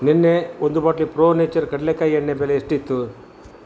ನೆನ್ನೆ ಒಂದು ಬಾಟ್ಲಿ ಪ್ರೋ ನೇಚರ್ ಕಡಲೇಕಾಯಿ ಎಣ್ಣೆ ಬೆಲೆ ಎಷ್ಟಿತ್ತು